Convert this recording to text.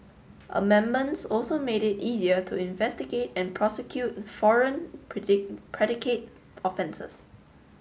amendments also made it easier to investigate and prosecute foreign predicate offences